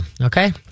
okay